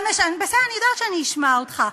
בסדר, אני יודעת שאני אשמע אותך.